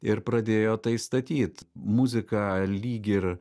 ir pradėjo tai statyt muzika lyg ir